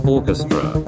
Orchestra